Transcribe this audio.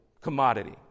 commodity